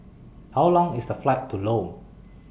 How Long IS The Flight to Lome